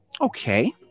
Okay